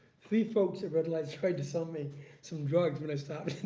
three folks at red lights tried to sell me some drugs when i stopped.